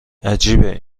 عجیبه